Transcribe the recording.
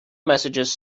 messages